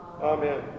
Amen